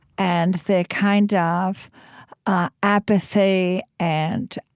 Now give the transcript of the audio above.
and the kind ah of ah apathy and